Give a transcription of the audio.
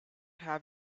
have